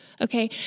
Okay